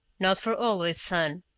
not for always, son.